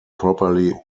properly